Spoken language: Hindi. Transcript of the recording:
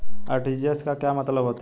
आर.टी.जी.एस का क्या मतलब होता है?